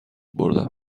بردم